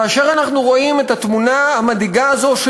כאשר אנחנו רואים את התמונה המדאיגה הזאת,